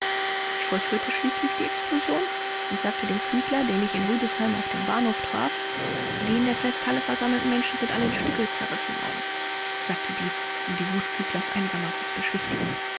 ich vollführte schließlich die explosion und sagte dem küchler den ich in rüdesheim auf dem bahnhof traf die in der festhalle versammelten menschen sind alle in stücke zerrissen worden ich sagte dies um die wut küchlers einigermaßen zu beschwichtigen